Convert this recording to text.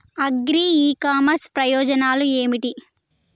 Agri e commerce ప్రయోజనాలు ఏమిటి?